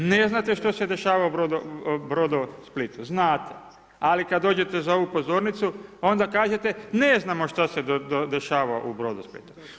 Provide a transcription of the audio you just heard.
Ne znate što se dešava u Brodosplitu, znate, ali kad dođete za ovu pozornicu onda kažete ne znamo što se dešava u Brodosplitu.